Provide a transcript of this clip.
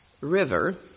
river